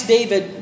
David